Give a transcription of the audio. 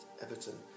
Everton